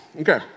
Okay